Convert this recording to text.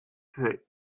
für